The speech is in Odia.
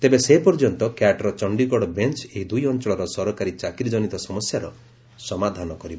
ତେବେ ସେ ପର୍ଯ୍ୟନ୍ତ କ୍ୟାଟ୍ର ଚଣ୍ଡୀଗଡ଼ ବେଞ୍ଚ ଏହି ଦୁଇ ଅଞ୍ଚଳର ସରକାରୀ ଚାକିରି ଜନିତ ସମସ୍ୟାର ସମାଧାନ କରିବ